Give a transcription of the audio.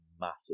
massive